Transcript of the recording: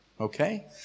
Okay